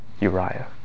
Uriah